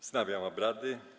Wznawiam obrady.